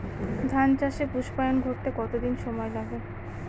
ধান চাষে পুস্পায়ন ঘটতে কতো দিন সময় লাগে?